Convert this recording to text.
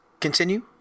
continue